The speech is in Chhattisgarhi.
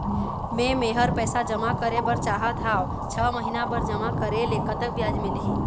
मे मेहर पैसा जमा करें बर चाहत हाव, छह महिना बर जमा करे ले कतक ब्याज मिलही?